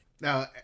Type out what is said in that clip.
now